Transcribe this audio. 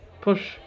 push